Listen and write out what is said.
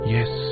Yes